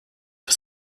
for